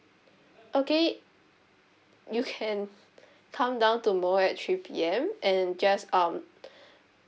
okay you can come down tomorrow at three P_M and just um